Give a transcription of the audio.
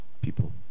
people